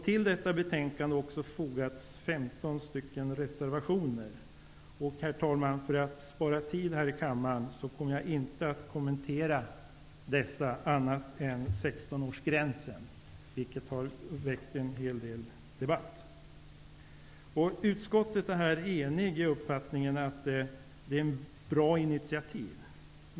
Till betänkandet har fogats 15 reservationer. Herr talman! För att spara kammarens tid, tänker jag inte kommentera dessa reservationer annat än i fråga om 16-årsgränsen, vilken har väckt en hel del debatt. Utskottet är enigt om att detta är ett bra initiativ.